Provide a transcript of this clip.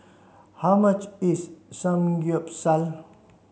how much is Samgyeopsal